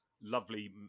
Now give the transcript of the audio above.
lovely